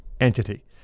entity